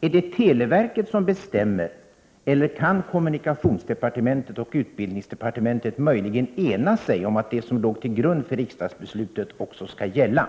Är det televerket som bestämmer, eller kan kommunikationsdepartementet och utbildningsdepartementet möjligen ena sig om att det som låg till grund för riksdagsbeslutet också skall gälla?